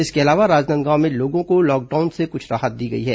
इसके अलावा राजनांदगांव में लोगों को लॉकडाउन से कुछ राहत दी गई है